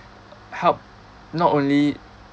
help not only